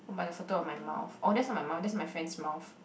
oh by the photo of my mouth oh that's not my mouth that's my friend's mouth